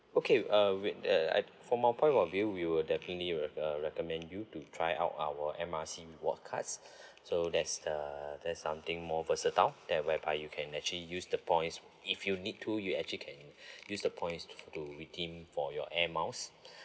okay uh with uh I from our point of view we will definitely re~ uh recommend you to try out our M R C rewards cards so there's the there's something more versatile there whereby you can actually use the points if you need to you actually can use the points to redeem for your Air Miles